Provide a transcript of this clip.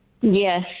Yes